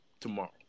tomorrow